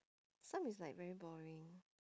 some is like very boring